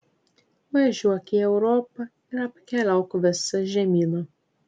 važiuok į europą ir apkeliauk visą žemyną